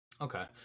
okay